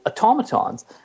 automatons